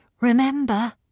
Remember